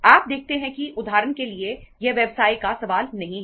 आप देखते हैं कि उदाहरण के लिए यह व्यवसाय का सवाल नहीं है